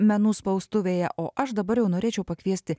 menų spaustuvėje o aš dabar jau norėčiau pakviesti